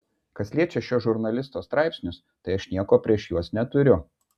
kas liečia šio žurnalisto straipsnius tai aš nieko prieš juos neturiu